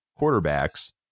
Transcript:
quarterbacks